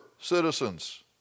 citizens